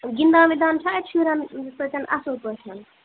گِندان وِندان چھےٚ اَتہِ شُرٮ۪ن سۭتۍ اَصٕل پٲٹھۍ